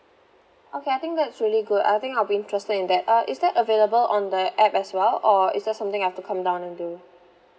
okay I think that's really good I think I'll be interested in that uh is that available on the app as well or is there something I have to come down and do